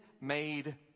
made